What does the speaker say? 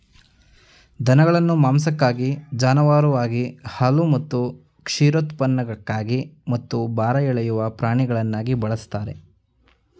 ದನಗಳನ್ನು ಮಾಂಸಕ್ಕಾಗಿ ಜಾನುವಾರುವಾಗಿ ಹಾಲು ಮತ್ತು ಕ್ಷೀರೋತ್ಪನ್ನಕ್ಕಾಗಿ ಮತ್ತು ಭಾರ ಎಳೆಯುವ ಪ್ರಾಣಿಗಳಾಗಿ ಬಳಸ್ತಾರೆ